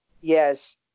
Yes